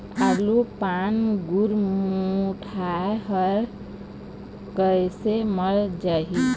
आलू पान गुरमुटाए हर कइसे मर जाही?